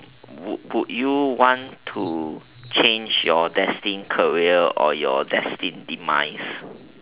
would would you want to change your destine career or your destine demise